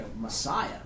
Messiah